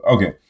Okay